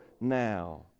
now